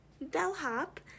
Bellhop